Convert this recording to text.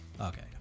Okay